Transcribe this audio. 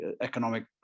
economic